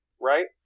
right